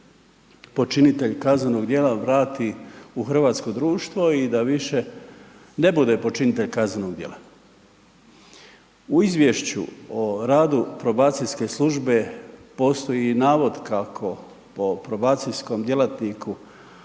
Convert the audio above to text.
počinitelj kaznenog djela vrati u hrvatsko društvo i da više ne bude počinitelj kaznenog djela. U izvješću o radu probacijske službe postoji navod kako po probacijskom djelatniku